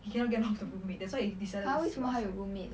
he cannot get off the roommate that's why he decided